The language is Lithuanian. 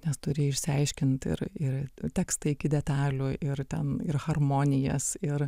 nes turi išsiaiškint ir ir tekstą iki detalių ir tam ir harmonijas ir